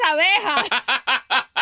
abejas